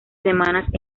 semanas